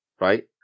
right